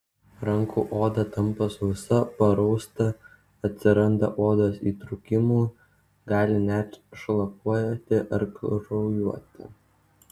rankų oda tampa sausa parausta atsiranda odos įtrūkimų gali net šlapiuoti ar kraujuoti